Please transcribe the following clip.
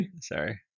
Sorry